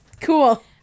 Cool